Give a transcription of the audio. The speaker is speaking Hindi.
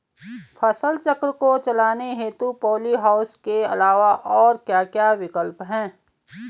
फसल चक्र को चलाने हेतु पॉली हाउस के अलावा और क्या क्या विकल्प हैं?